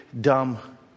dumb